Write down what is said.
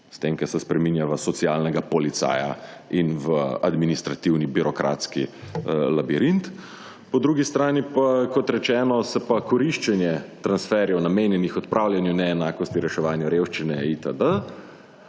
s tem, ko se spreminja v socialnega policaja in v administrativni, birokratski labirint. Po drugi strani pa kot rečeno, se pa koriščenje transferjev namenjenih odpravljanju neenakosti reševanju revščine, itd.,